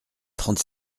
trente